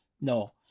No